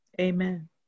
Amen